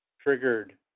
triggered